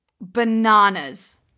bananas